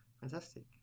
Fantastic